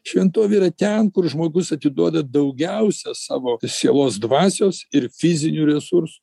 šventovė yra ten kur žmogus atiduoda daugiausia savo sielos dvasios ir fizinių resursų